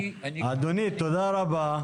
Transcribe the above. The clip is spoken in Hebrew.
אדוני, תודה רבה.